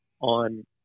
on